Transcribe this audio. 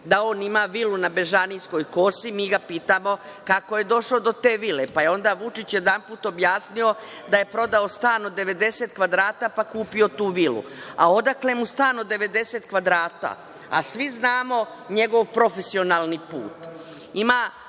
da on ima vilu na Bežanijskoj kosi. Mi ga pitamo - kako je došao do te vile? Onda je Vučić jedanput objasnio da je prodao stan od 90 kvadrata pa kupio tu vilu. Odakle mu stan od 90 kvadrata, a svi znamo njegov profesionalni put? Ima